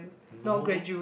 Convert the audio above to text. no